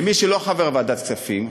למי שלא חבר בוועדת כספים,